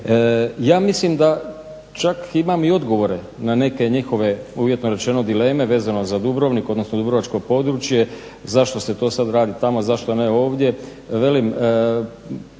Ja mislim čak imam i odgovore na neke njihove uvjetno rečeno dileme vezano za Dubrovnik odnosno dubrovačko područje zašto se to sada radi tamo, zašto ne ovdje,